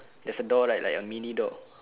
there's a door like like a mini door